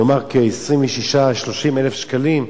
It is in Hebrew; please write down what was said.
נאמר 26,000 30,000 שקלים,